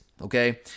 Okay